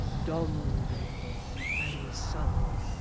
dom-bey and son